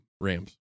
Rams